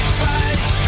fight